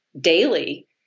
daily